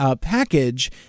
package